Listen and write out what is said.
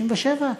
67,